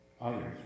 others